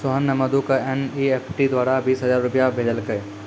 सोहन ने मधु क एन.ई.एफ.टी द्वारा बीस हजार रूपया भेजलकय